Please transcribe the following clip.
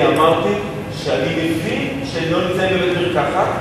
אני אמרתי שאני מבין שהם לא נמצאים בבית-מרקחת,